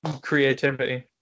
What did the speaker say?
creativity